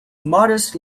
modest